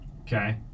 Okay